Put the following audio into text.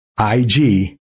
IG